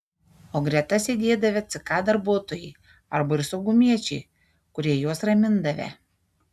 o greta sėdėdavę ck darbuotojai arba ir saugumiečiai kurie juos ramindavę